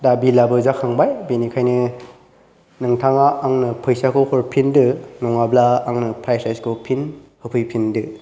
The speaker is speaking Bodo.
दा बिल आबो जाखांबाय बेनिखायनो नोंथाङा आंनो फैसाखौ हरफिनदो नङाब्ला आंनो फ्रायड राइस खौ फिन होफैफिनदो